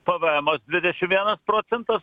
p v emas dvidešimt vienas procentas